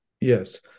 Yes